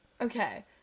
Okay